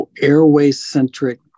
airway-centric